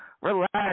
Relax